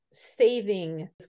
saving